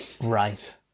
right